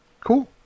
Cool